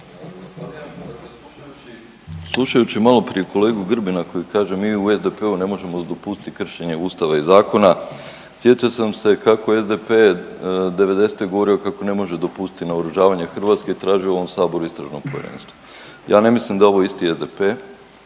slušajući maloprije kolegu Grbina koji kaže, mi u SDP-u ne možemo dopustiti kršenje Ustava i zakona, sjetio sam se kako je SDP '90. govorio kako ne može dopustiti naoružavanje Hrvatske i tražio u ovom Saboru istražno povjerenstvo. Ja ne mislim da je ovo isti SDP